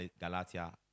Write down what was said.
Galatia